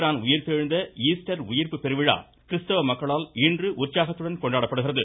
பிரான் உயிர்த்தெழுந்த ஈஸ்டர் உயிர்ப்பு பெருவிழா கிருஸ்தவ மக்களால் இன்று உற்சாகத்துடன் கொண்டாடப்படுகிறது